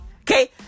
Okay